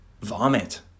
Vomit